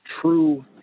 true